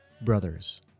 Brothers